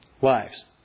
Wives